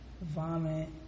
vomit